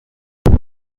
اون